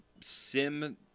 sim